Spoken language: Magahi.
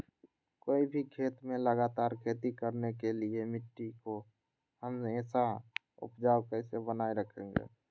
कोई भी खेत में लगातार खेती करने के लिए मिट्टी को हमेसा उपजाऊ कैसे बनाय रखेंगे?